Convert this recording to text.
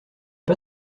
pas